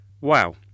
Wow